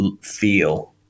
feel